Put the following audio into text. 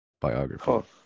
biography